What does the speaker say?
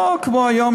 לא כמו היום,